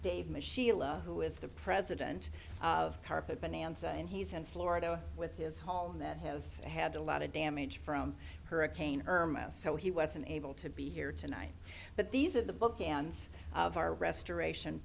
dave machine who is the president of the a bonanza and he's in florida with his haul that has had a lot of damage from hurricane irma so he wasn't able to be here tonight but these are the bookends of our restoration